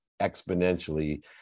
exponentially